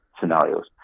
scenarios